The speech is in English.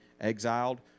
exiled